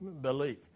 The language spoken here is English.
belief